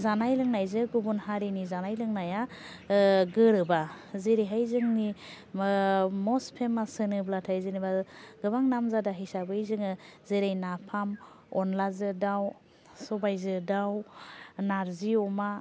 जानाय लोंनायजों गुबुन हारिनि जानाय लोंनाया गोरोबा जेरैहाय जोंनि मस्त फेमास होनोब्लाथाय जेनेबा गोबां नाम जादा हिसाबै जोङो जेरै नाफाम अनलाजों दाउ सबायजों दाउ नारजि अमा